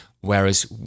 whereas